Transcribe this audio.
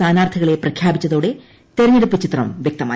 സ്ഥാനാർത്ഥികളെ പ്രഖ്യാപിച്ചതോടെ തെരഞ്ഞെടുപ്പ് ചിത്രം വൃക്തമായി